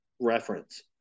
reference